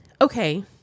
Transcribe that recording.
okay